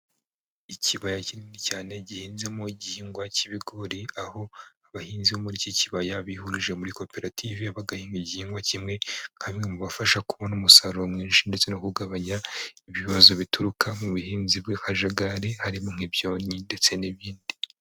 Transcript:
Ikibaya kinini cyane gihinzemo igihingwa cy'ibigori aho abahinzi bo muri iki kibaya bihurije muri koperative bagahinga igihingwa kimwe, nka bimwe mubafasha kubona umusaruro mwinshi ndetse no kugabanya ibibazo bituruka mu buhinzi bw'akajagari harimo nk'ibyonnyi, ndetse n'ibindi.